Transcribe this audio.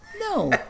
No